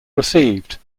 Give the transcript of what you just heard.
received